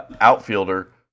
outfielder